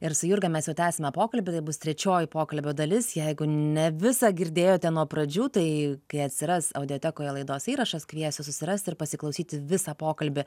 ir su jurga mes jau tęsiame pokalbį tai bus trečioji pokalbio dalis jeigu ne visą girdėjote nuo pradžių tai kai atsiras audiotekoje laidos įrašas kviesiu susirasti ir pasiklausyti visą pokalbį